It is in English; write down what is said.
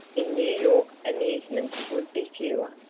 in new york amusements would be fewer,